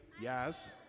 Yes